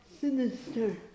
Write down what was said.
sinister